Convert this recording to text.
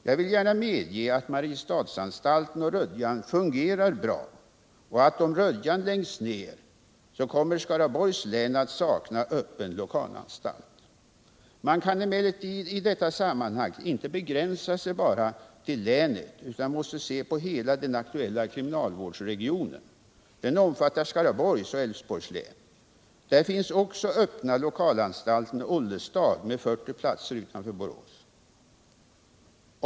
Jag medger gärna att Mariestadsanstalten och Rödjan fungerar bra och att, om Rödjan läggs ner, Skaraborgs län kommer att sakna öppen lokalanstalt. Man kan emellertid i sammanhanget inte begränsa sig bara till länet utan måste se på hela den aktuella kriminalvårdsregionen. Den omfattar Skaraborgs och Älvsborgs län. Där finns också den öppna lokalanstalten Ollestad med 40 platser utanför Borås.